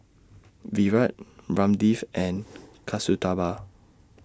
Virat Ramdev and Kasturba